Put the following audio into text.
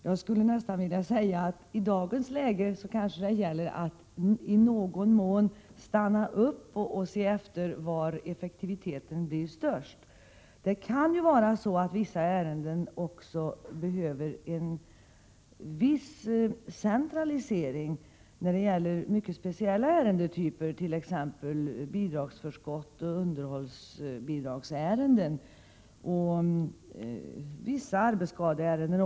Jag skulle nästan vilja påstå att det i dagens läge gäller att något stanna upp och se efter var effektiviteten blir störst. En del ärenden kan också kräva en viss centralisering. Det kan gälla mycket speciella ärenden av typ bidragsförskott, underhållsbidrag och vissa arbetsskadeärenden.